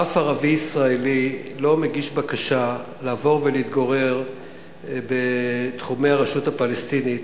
אף ערבי-ישראלי לא מגיש בקשה לעבור ולהתגורר בתחומי הרשות הפלסטינית,